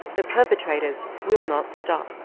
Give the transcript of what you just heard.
the perpetrators will not stop.